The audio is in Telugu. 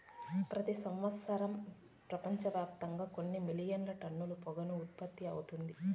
ప్రతి సంవత్సరం ప్రపంచవ్యాప్తంగా కొన్ని మిలియన్ టన్నుల పొగాకు ఉత్పత్తి అవుతుంది